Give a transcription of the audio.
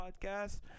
podcast